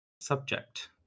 subject